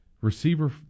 receiver